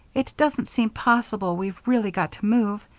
it doesn't seem possible we've really got to move.